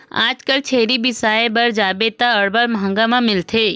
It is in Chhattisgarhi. आजकल छेरी बिसाय बर जाबे त अब्बड़ मंहगा म मिलथे